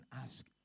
ask